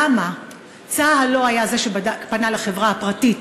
למה לא היה זה צה"ל שפנה לחברה הפרטית